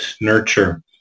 nurture